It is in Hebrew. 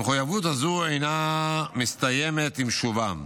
המחויבות הזו אינה מסתיימת עם שובם,